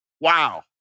Wow